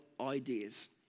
ideas